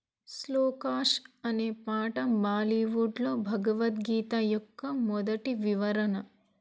శ్లోకాస్ అనే పాట బాలీవుడ్లో భగవద్గీత యొక్క మొదటి వివరణ